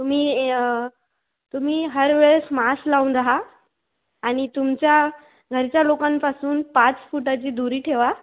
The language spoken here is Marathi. तुम्ही तुम्ही हर वेळेस मास् लावून रहा आणि तुमच्या घरच्या लोकांपासून पाच फुटाची दूरी ठेवा